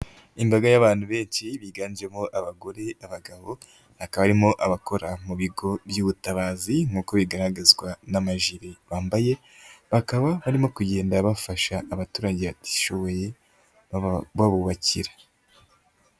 Imbaga y'abantu benshi biganjemo abagore, abagabo, akaba arimo abakora mu bigo by'ubutabazi, nk'uko bigaragazwa namajiri bambaye, bakaba barimo kugenda bafasha abaturage batishoboye bakaba babubakira.